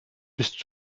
bist